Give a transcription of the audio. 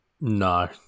No